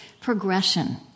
progression